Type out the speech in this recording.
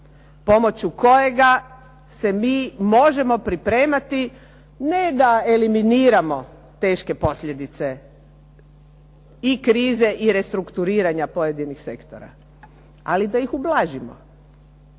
pomoću kojega se mi možemo pripremati, ne da eliminiramo teške posljedice, i krize i restrukturiranja pojedinih sektora, ali da ih ublažimo.